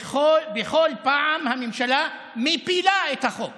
בכל פעם הממשלה מפילה את החוק